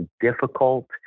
difficult